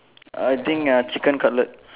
I think uh chicken cutlet